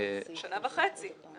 אבל